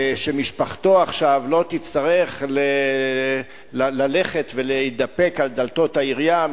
שמשפחתו לא תצטרך עכשיו ללכת ולהתדפק על דלתות העירייה,